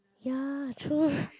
ya true